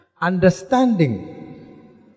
Understanding